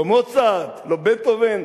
לא מוצרט, לא בטהובן.